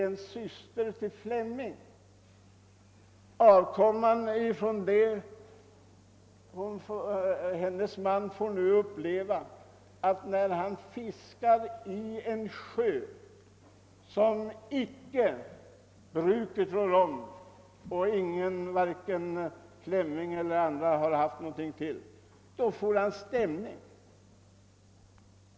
En som har släktskap med en syster till Flemming får nu uppleva att när han fiskar i en sjö som icke bruket rår om och som ingen haft någon äganderätt till blir han stämd.